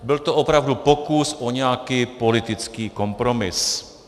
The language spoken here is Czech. Byl to opravdu pokus o nějaký politický kompromis.